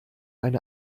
eine